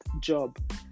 job